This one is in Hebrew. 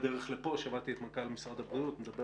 בדרך לפה שמעתי את מנכ"ל משרד הבריאות מדבר